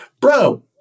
Bro